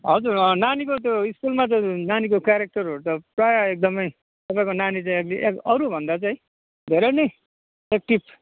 हजुर अँ नानीको त्यो स्कुलमा त नानीको क्यारेक्टरहरू त प्रायः एकदमै तपाईँको नानी त एटलिस्ट अरूभन्दा चाहिँ धेरै नै एक्टिभ